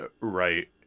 right